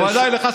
בוודאי לך,